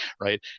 right